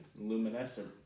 Luminescent